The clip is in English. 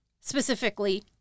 Specifically